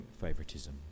favoritism